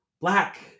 Black